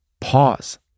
Pause